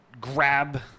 grab